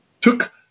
took